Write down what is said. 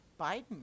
Biden